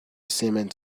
cement